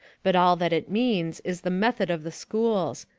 but all that it means is the method of the schools,